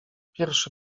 pierwszy